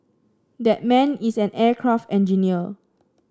that man is an aircraft engineer